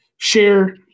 Share